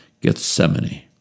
Gethsemane